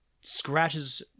scratches